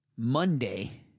Monday